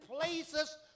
places